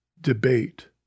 debate